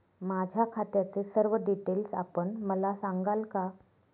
माझ्या खात्याचे सर्व डिटेल्स आपण मला सांगाल का?